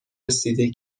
رسیده